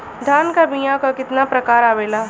धान क बीया क कितना प्रकार आवेला?